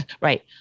right